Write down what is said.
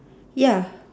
ya